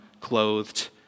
clothed